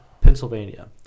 Pennsylvania